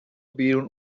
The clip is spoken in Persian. بیرون